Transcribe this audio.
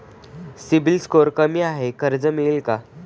CIBIL score कमी आहे कर्ज मिळेल का?